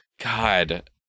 god